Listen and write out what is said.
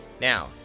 Now